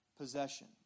Possession